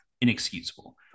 inexcusable